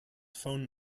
phone